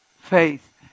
faith